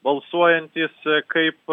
balsuojantys kaip